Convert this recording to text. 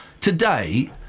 today